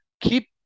keep